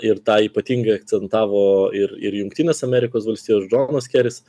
ir tą ypatingai akcentavo ir ir jungtinės amerikos valstijos džonas keris